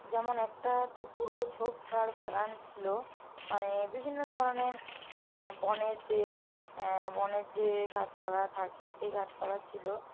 যেমন একটা তো পুরো ঝোপঝাড় বাগান ছিল মানে বিভিন্ন ধরনের বনের যে বনের যে গাছপালা থাকে সেই গাছপালা ছিল